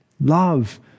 Love